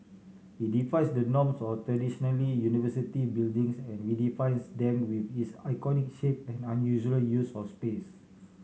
it defies the norms of traditionally university buildings and redefines them with its iconic shape and unusual use for space